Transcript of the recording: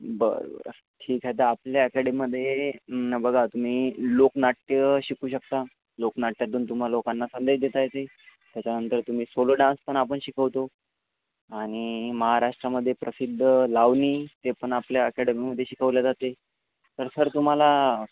बरं बरं ठीक आहे तर आपल्या अकॅडमीमध्ये बघा तुम्ही लोकनाट्य शिकू शकता लोकनाट्यातून तुम्हाला लोकांना संदेश देता येते त्याच्यानंतर तुम्ही सोलो डान्स पण आपण शिकवतो आणि महाराष्ट्रामध्ये प्रसिद्ध लावणी ते पण आपल्या अकॅडमीमध्ये शिकवले जाते पण सर तुम्हाला